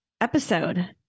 episode